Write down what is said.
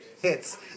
hits